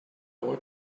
want